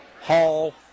Hall